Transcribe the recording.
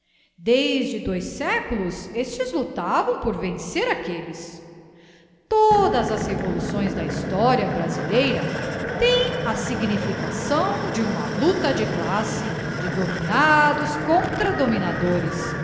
desde dois séculos estes luctavam por vencer aquelles todas as revoluções da historia brasileira têm a significação de uma lucta de classe de dominados contra dominadores